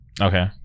okay